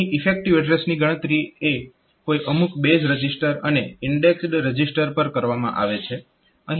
અહીં ઈફેક્ટીવ એડ્રેસની ગણતરી એ કોઈ અમુક બેઝ રજીસ્ટર અને ઈન્ડેક્સડ રજીસ્ટર પર કરવામાં આવે છે